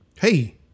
hey